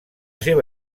seva